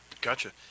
Gotcha